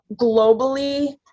globally